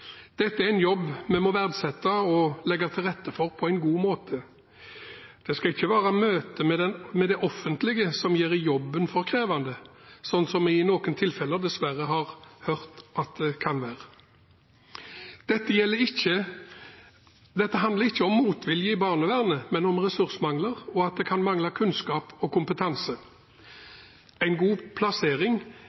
Dette er en jobb vi må verdsette og legge til rette for på en god måte. Det skal ikke være møtet med det offentlige som gjør jobben for krevende, sånn som vi i noen tilfeller dessverre har hørt at det kan være. Dette handler ikke om motvilje i barnevernet, men om ressursmangler og at det kan mangle kunnskap og kompetanse. En god plassering